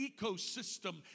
ecosystem